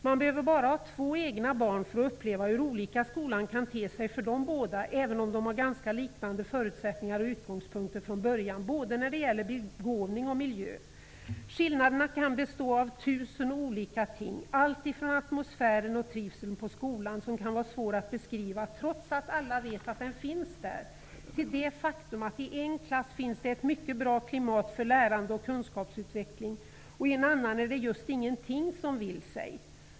Man behöver bara ha två egna barn för att uppleva hur olika skolan kan te sig för de båda, även om de har ganska likartade förutsättningar och utgångspunkter från början när det gäller både begåvning och miljö. Skillnaderna kan bestå av tusen olika ting, alltifrån atmosfären och trivseln i skolan, som kan vara svår att beskriva, trots att alla vet att den finns där, till det faktum att det i en klass finns ett bra klimat för lärande och kunskapsutveckling, medan det i en annan klass inte är någonting som vill sig.